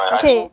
okay